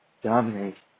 dominate